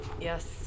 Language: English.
yes